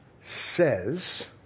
says